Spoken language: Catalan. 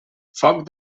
foc